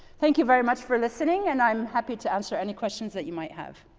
thank you very much for listening. and i'm happy to answer any questions that you might have.